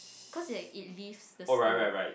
cause like it leaves the school